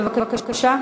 בבקשה.